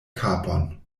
kapon